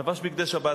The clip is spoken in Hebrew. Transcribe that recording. לבש בגדי שבת,